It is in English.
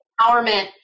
empowerment